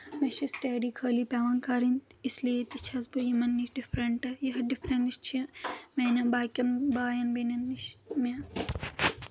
مےٚ چھِ سٹی خٲلی پؠوان کَرٕنۍ اس لیے تہِ چھس بہٕ یِمن نِش ڈِفرنٹہٕ یِہ ڈِفرَنٕس چھِ میانؠن باقین بایَن بیٚنؠن نِش مےٚ